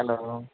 hello